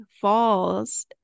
falls